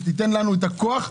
שתיתן לנו את הכוח.